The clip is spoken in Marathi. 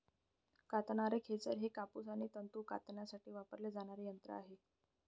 कातणारे खेचर हे कापूस आणि तंतू कातण्यासाठी वापरले जाणारे यंत्र आहे